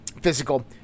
physical